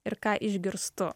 ir ką išgirstu